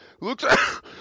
looks